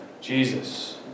Jesus